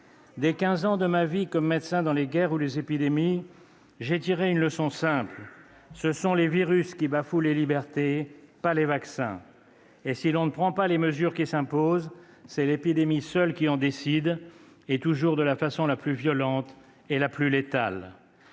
que j'ai passés comme médecin dans les guerres ou les épidémies, j'ai tiré une leçon simple : ce sont les virus qui bafouent les libertés et non les vaccins. Et si l'on ne prend pas les mesures qui s'imposent, c'est l'épidémie seule qui en décide, toujours de la façon la plus violente et la plus létale.